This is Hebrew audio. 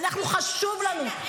חשוב לנו.